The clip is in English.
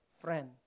friend